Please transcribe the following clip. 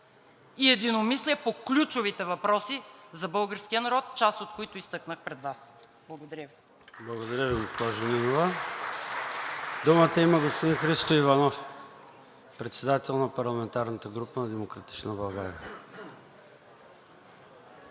и единомислие по ключовите въпроси за българския народ, част от които изтъкнах пред Вас. Благодаря Ви. ПРЕДСЕДАТЕЛ ЙОРДАН ЦОНЕВ: Благодаря Ви, госпожо Нинова. Думата има господин Христо Иванов – председател на парламентарната група на „Демократична България“.